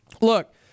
look